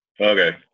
Okay